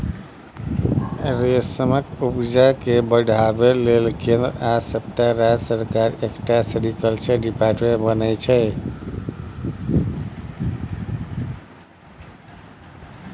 रेशमक उपजा केँ बढ़ाबै लेल केंद्र आ सबटा राज्य सरकार एकटा सेरीकल्चर डिपार्टमेंट बनेने छै